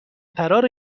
فرار